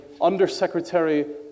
undersecretary